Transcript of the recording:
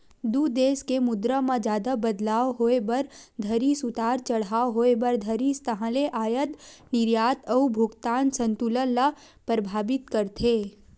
दू देस के मुद्रा म जादा बदलाव होय बर धरिस उतार चड़हाव होय बर धरिस ताहले अयात निरयात अउ भुगतान संतुलन ल परभाबित करथे